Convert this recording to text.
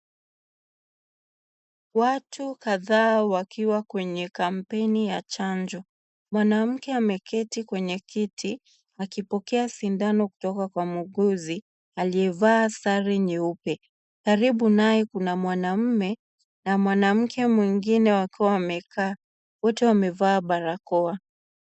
Watu kadhaa wakiwa kwenye kampeni ya chanjo, mwanamke ameketi kwenye kiti akipokea sindano kutoka kwa muuguzi, aliyevaa sare nyeupe, karibu naye kuna mwanaume na mwanamke mwingine akiwa amekaa wote wamevaa barakoa.